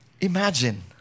Imagine